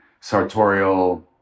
sartorial